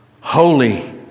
Holy